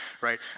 right